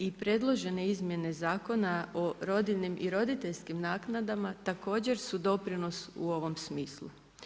I predložene izmjene zakona o rodiljinim i roditeljskim naknadama također su doprinos u ovom smislu.